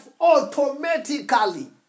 automatically